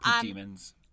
demons